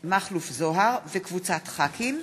מכלוף מיקי זוהר, אורי מקלב,